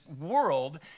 world